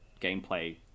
gameplay